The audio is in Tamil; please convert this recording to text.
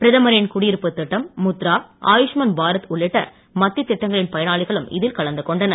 பிரதமரின் குடியிருப்புத் திட்டம் முத்ரா ஆயுஷ்மான் பாரத் உள்ளிட்ட மத்திய திட்டங்களின் பயனாளிகளும் இதில் கலந்து கொண்டனர்